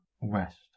west